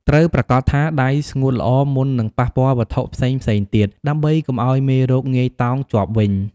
ត្រូវប្រាកដថាដៃស្ងួតល្អមុននឹងប៉ះពាល់វត្ថុផ្សេងៗទៀត ដើម្បីកុំឱ្យមេរោគងាយតោងជាប់វិញ។